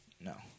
No